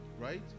right